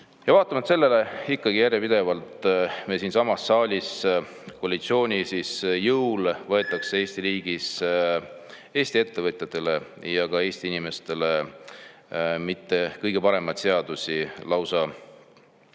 Ja vaatamata sellele ikkagi järjepidevalt siinsamas saalis koalitsiooni jõul võetakse Eesti riigis Eesti ettevõtjatele ja ka Eesti inimestele mitte kõige paremaid seadusi, lausa